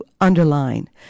underline